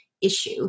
issue